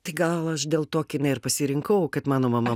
tai gal aš dėl to kiną ir pasirinkau kad mano mama